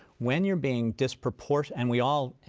when you're being disproport and we all,